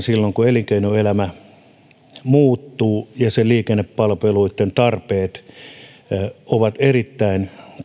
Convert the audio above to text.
silloin kun elinkeinoelämä muuttuu liikennepalveluitten tarpeet ovat erittäin